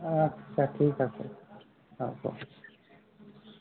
অঁ তাকেই তাকেই হ'ব